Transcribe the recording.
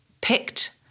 picked